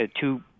Two